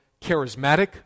charismatic